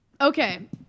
Okay